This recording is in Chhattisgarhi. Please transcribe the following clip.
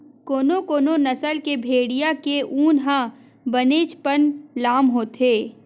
कोनो कोनो नसल के भेड़िया के ऊन ह बनेचपन लाम होथे